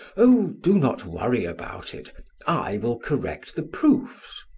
oh, do not worry about it i will correct the proofs.